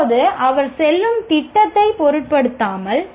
இப்போது அவர் செல்லும் திட்டத்தைப் பொருட்படுத்தாமல்